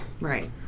right